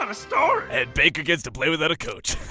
um a story! and baker gets to play without a coach.